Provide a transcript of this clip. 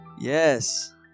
Yes